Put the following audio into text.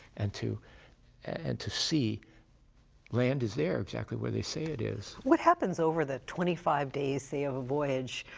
and to and to see land is there, exactly where they say it is. what happens over the twenty-five days, say, of a voyage?